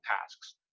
tasks